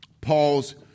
Paul's